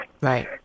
Right